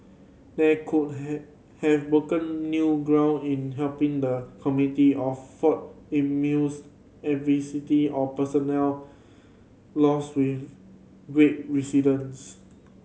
they could have broken new ground in helping the community or fought immunes adversity or personal loss with great